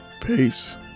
peace